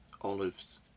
olives